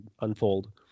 unfold